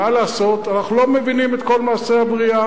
מה לעשות, אנחנו לא מבינים את כל מעשי הבריאה.